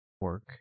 work